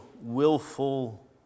willful